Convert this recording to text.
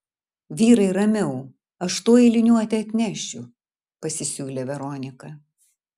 vyrai ramiau aš tuoj liniuotę atnešiu pasisiūlė veronika